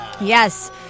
Yes